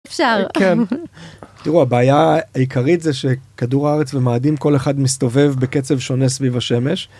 אפשר, כן, תראו, הבעיה העיקרית זה שכדור הארץ ומאדים כל אחד מסתובב בקצב שונה סביב השמש.